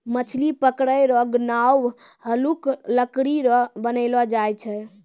मछली पकड़ै रो नांव हल्लुक लकड़ी रो बनैलो जाय छै